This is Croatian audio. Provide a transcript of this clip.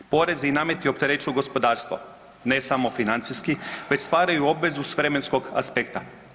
Porezi i nameti opterećuju gospodarstvo, ne samo financijski već stvaraju obvezu s vremenskog aspekta.